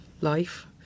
life